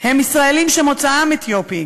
הם ישראלים שמוצאם אתיופי.